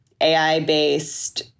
AI-based